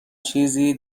چیزی